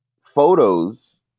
photos